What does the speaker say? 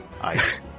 Ice